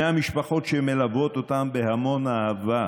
בני המשפחות, שמלווים אותם בהמון אהבה.